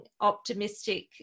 optimistic